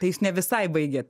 tai jūs ne visai baigėt